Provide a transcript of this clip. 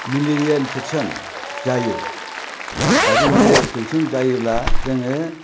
malaria infection जायो आरो malaria infection जायोला जोङो